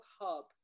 hub